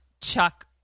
chuck